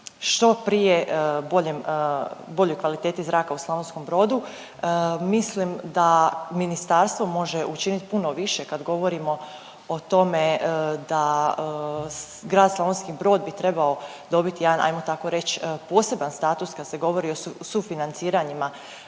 što prije boljem, boljoj kvaliteti zraka u Slavonskom Brodu. Mislim da ministarstvo može učinit puno više kad govorimo o tome da grad Slavonski Brod bi trebao dobit jedan, ajmo tako reć, poseban status kad se govori o sufinanciranjima